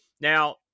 Now